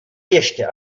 ještě